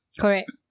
Correct